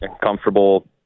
comfortable